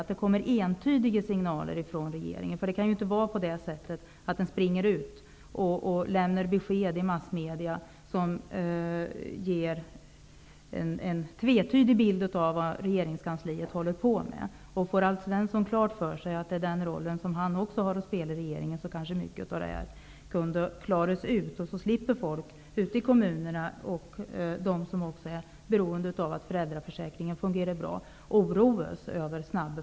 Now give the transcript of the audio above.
Ny demokrati har under två års tid påpekat det sjuka i att potentiella och faktiska brottslingar vårdas och belönas, medan straffet drabbar brottsoffren. Min fråga är: När skall regeringen vakna och inse att hela brottsbalken och särskilt påföljdssystemet måste ses över så att oskyldiga människors säkerhet går före vården av mördare?